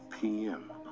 PM